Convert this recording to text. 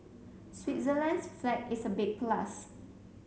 Switzerland's flag is a big plus